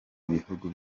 ibihugu